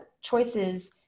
choices